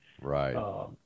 Right